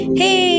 hey